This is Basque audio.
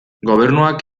gobernuak